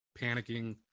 panicking